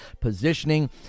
positioning